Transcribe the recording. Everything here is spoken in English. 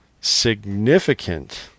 significant